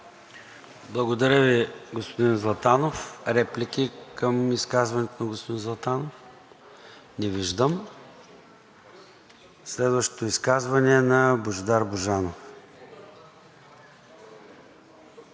Благодаря Ви, господин Златанов. Реплики към изказването на господин Златанов? Не виждам. Следващото изказване е на Божидар Божанов.